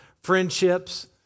friendships